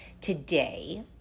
today